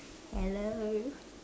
hello